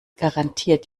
garantiert